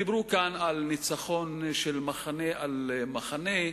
דיברו כאן על ניצחון של מחנה על מחנה.